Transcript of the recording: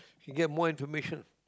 you get more information